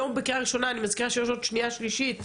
היום בקריאה ראשונה ואני מזכירה שיש עוד שנייה ושלישית,